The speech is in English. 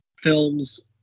films